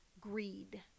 greed